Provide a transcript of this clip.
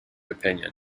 opinion